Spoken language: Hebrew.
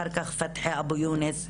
ואחר כך פתחי אבו-יונס,